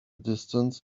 distance